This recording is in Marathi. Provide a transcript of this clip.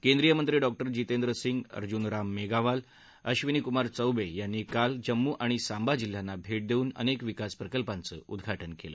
केंद्रीय मंत्री डॉक्टर जितेंद्र सिंग अर्जून राम मेगवाल अबिनी कुमार चौवे यांनी काल जम्मू आणि सांबा जिल्ह्यांना भेट देऊन अनेक विकास प्रकल्पांचं उद्वाटन केलं